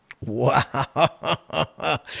Wow